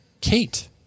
Kate